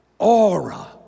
Aura